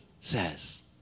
says